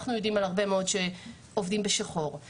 אנחנו יודעים שהרבה מאוד עובדים בשחור.